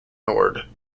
nord